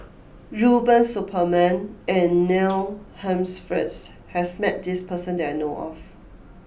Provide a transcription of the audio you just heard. Rubiah Suparman and Neil Humphreys has met this person that I know of